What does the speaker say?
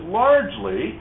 largely